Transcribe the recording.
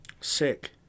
Sick